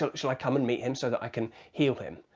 so shall i come and meet him so that i can heal him?